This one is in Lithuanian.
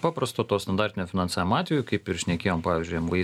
paprasto to standartinio finansavimo atveju kaip ir šnekėjom pavyzdžiui mvį